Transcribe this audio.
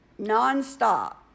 nonstop